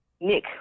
Nick